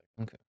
Okay